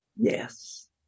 Yes